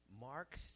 Mark